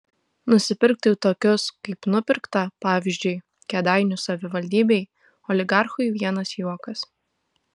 nusipirkti tokius kaip nupirkta pavyzdžiui kėdainių savivaldybėj oligarchui vienas juokas